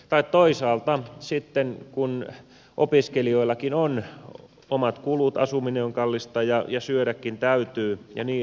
tai toisaalta sitten kun opiskelijoillakin on omat kulut asuminen on kallista ja syödäkin täytyy ja niin edelleen